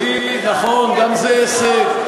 נכון, גם זה הישג.